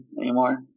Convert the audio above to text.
anymore